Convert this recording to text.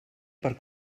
per